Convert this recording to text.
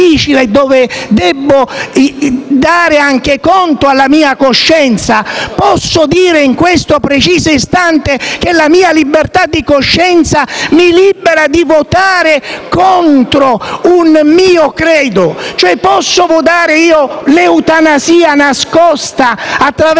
cui devo dare anche conto alla mia coscienza? Posso dire, in questo preciso istante, che la mia libertà di coscienza mi libera dal dover votare contro un mio credo? Posso votare l'eutanasia nascosta attraverso